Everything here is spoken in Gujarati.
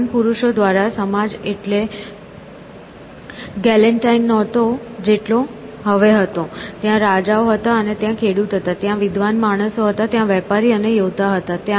વિદ્વાન પુરુષો દ્વારા સમાજ એટલો ગેલન્ટાઇન નહોતો જેટલો હવે હતો ત્યાં રાજાઓ હતા અને ત્યાં ખેડૂત હતા ત્યાં વિદ્વાન માણસો હતા ત્યાં વેપારીઓ અને યોદ્ધા હતા